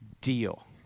Deal